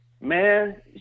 man